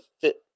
fit